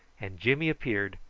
and jimmy appeared,